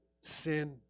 sin